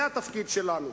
זה התפקיד שלנו.